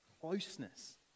closeness